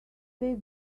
they